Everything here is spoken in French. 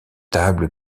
table